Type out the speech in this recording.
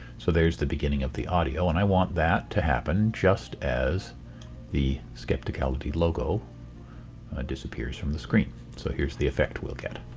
so there's the beginning of the audio and i want that to happen just as the skepticality logo ah disappears from the screen. so here's the effect we'll get.